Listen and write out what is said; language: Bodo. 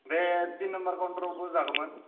बे टिन नामबार काउन्टारावबो जागौमोन